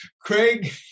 Craig